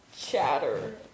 chatter